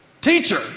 Teacher